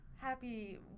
happy